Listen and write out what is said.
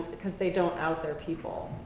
because they don't out their people.